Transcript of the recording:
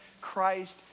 Christ